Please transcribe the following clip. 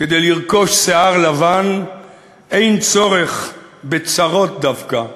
"כדי לרכוש שיער לבן אין צורך בצרות דווקא,